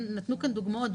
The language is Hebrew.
ונתנו כאן דוגמאות,